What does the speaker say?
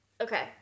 Okay